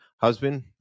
husband